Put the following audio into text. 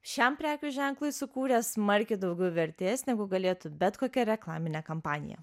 šiam prekių ženklui sukūrė smarkiai daugiau vertės negu galėtų bet kokia reklaminė kampanija